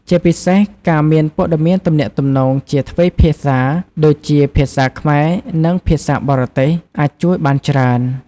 ជាពិសេស ការមានព័ត៌មានទំនាក់ទំនងជាទ្វេភាសា ដូចជា ភាសាខ្មែរ និងភាសាបរទេស អាចជួយបានច្រើន។